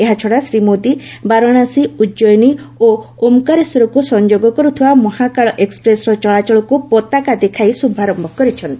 ଏହାଛଡ଼ା ଶ୍ରୀ ମୋଦି ବାରଣାସୀ ଉଜ୍ଜୟିନୀ ଏବଂ ଓମ୍କାରେଶ୍ୱରକୁ ସଂଯୋଗ କରୁଥିବା ମହାକାଳ ଏକ୍ନପ୍ରେସ୍ର ଚଳାଚଳକୁ ପତାକା ଦେଖାଇ ଶୁଭାରମ୍ଭ କରିଛନ୍ତି